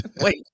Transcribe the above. wait